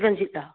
ꯔꯟꯖꯤꯠꯂ